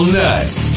nuts